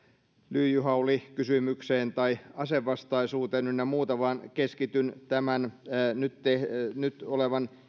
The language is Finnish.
lyijyhaulikysymykseen tai asevastaisuuteen ynnä muuta vaan keskityn tämän nyt käsittelyssä olevan